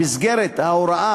במסגרת ההוראה,